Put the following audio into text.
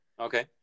Okay